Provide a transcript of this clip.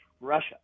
Russia